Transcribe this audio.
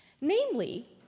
Namely